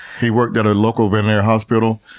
he worked at a local veterinary hospital.